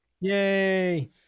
Yay